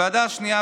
הוועדה השנייה,